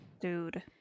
dude